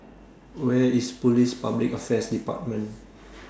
Where IS Police Public Affairs department